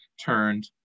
turned